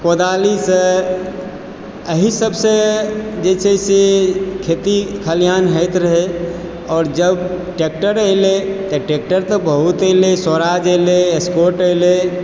कोदारिसँ एहिसभसँ जे छै से खेती खलिहान होयत रहय आओर जब ट्रैक्टर एलय तऽ ट्रैक्टर तऽ बहुत एलय स्वराज एलय स्कॉट एलय